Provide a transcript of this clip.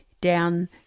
down